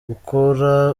gukora